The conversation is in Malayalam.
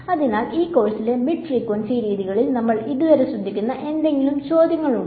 അതിനാൽ ഈ കോഴ്സിലെ മിഡ് ഫ്രീക്വൻസി രീതികളിൽ നമ്മൾ ഇതുവരെ ശ്രദ്ധിക്കുന്ന എന്തെങ്കിലും ചോദ്യങ്ങളുണ്ടോ